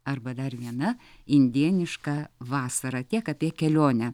arba dar viena indėniška vasara tiek apie kelionę